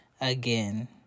Again